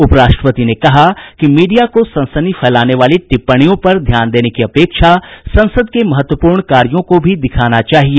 उपराष्ट्रपति ने कहा कि मीडिया को सनसनी फैलाने वाली टिप्पणियों पर ध्यान देने की अपेक्षा संसद के महत्वपूर्ण कार्यों को भी दिखाना चाहिए